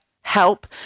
help